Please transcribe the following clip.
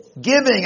Giving